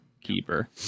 keeper